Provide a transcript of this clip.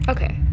Okay